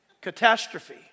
Catastrophe